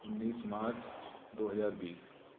उन्नीस मार्च दो हजार बीस